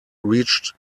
reached